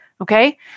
okay